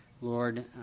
Lord